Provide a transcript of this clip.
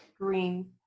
Green